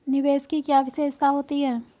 निवेश की क्या विशेषता होती है?